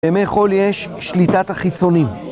בימי חול יש שליטת החיצונים.